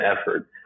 effort